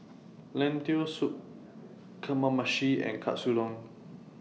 Lentil Soup Kamameshi and Katsudon